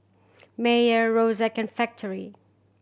Mayer Xorex and Factorie